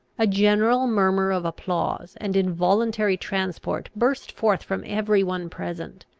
a general murmur of applause and involuntary transport burst forth from every one present.